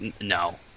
No